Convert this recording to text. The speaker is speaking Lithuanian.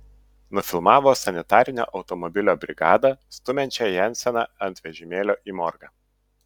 nufilmavo sanitarinio automobilio brigadą stumiančią jenseną ant vežimėlio į morgą